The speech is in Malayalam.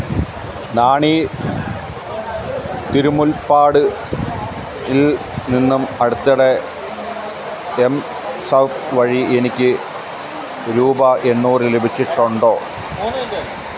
നാണീ തിരുമുൽപ്പാടിൽ നിന്നും അടുത്തിടെ എം സ്വപ് വഴി എനിക്ക് രൂപ എണ്ണൂറ് ലഭിച്ചിട്ടുണ്ടോ